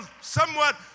somewhat